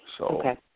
Okay